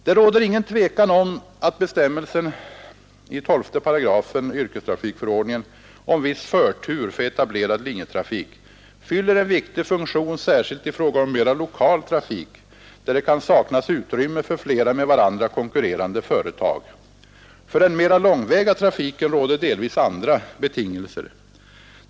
Det råder ingen tvekan om att bestämmelsen i 12 § yrkestrafikförordningen om viss förtur för etablerad linjetrafik fyller en viktig funktion särskilt i fråga om mera lokal trafik, där det kan saknas utrymme för flera, med varandra konkurrerande företag. För den mera långväga trafiken råder delvis andra betingelser.